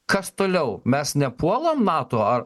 kas toliau mes nepuolam nato ar